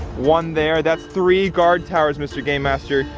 one there. that's three guard towers, mr. game master,